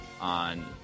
on